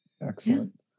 Excellent